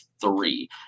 three